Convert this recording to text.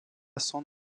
son